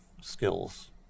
skills